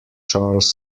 charles